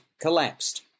collapsed